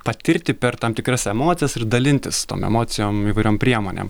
patirti per tam tikras emocijas ir dalintis tom emocijom įvairiom priemonėm